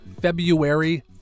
February